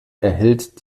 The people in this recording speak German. erhält